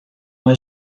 uma